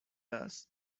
است